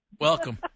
Welcome